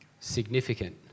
significant